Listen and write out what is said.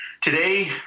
Today